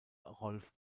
rolf